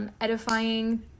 Edifying